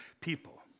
people